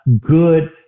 good